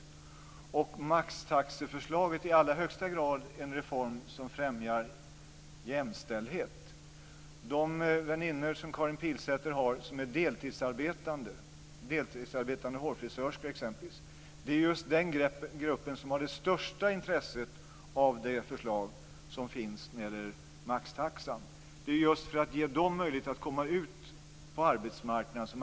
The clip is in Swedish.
Maxtaxeförslaget är i allra högsta grad en reform som främjar jämställdhet. De väninnor som Karin Pilsäter har som är deltidsarbetande, t.ex. hårfrisörskor, ingår just i den grupp som har det största intresset av det förslag som finns när det gäller maxtaxan. Maxtaxereformen innebär en möjlighet för dem att komma ut på arbetsmarknaden.